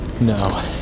No